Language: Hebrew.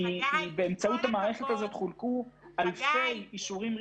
באמצעות המערכת חולקו אלפי אישורים ראשוניים.